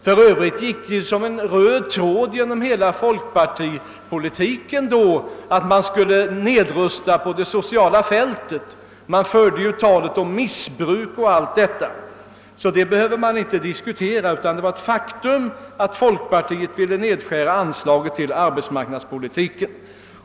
För övrigt gick det då som en röd tråd genom hela folkpartipolitiken att man skulle dra in på det sociala fältet. Man talade om missbruk o. s. v. i detta sammanhang. Det är alltså odiskutabelt att folkpartiet ville skära ned anslaget till arbetsmarknadspolitiken.